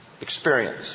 Experience